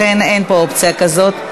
לכן אין פה אופציה כזאת.